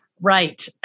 Right